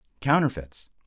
Counterfeits